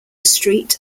street